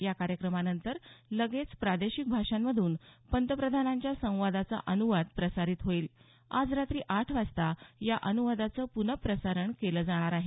या कार्यक्रमानंतर लगेच प्रादेशिक भाषांमधून पंतप्रधानांच्या संवादाचा अनुवाद प्रसारित होईल आज रात्री आठ वाजता या अनुवादाचं प्नप्रसारण केलं जाणार आहे